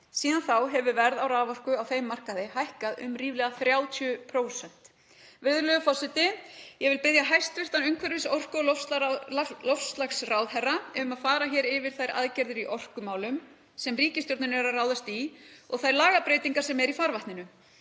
Síðan þá hefur verð á raforku á þeim markaði hækkað um ríflega 30%. Virðulegur forseti. Ég vil biðja hæstv. umhverfis-, orku- og loftslagsráðherra að fara yfir þær aðgerðir í orkumálum sem ríkisstjórnin er að ráðast í og þær lagabreytingar sem eru í farvatninu.